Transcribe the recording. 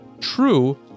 True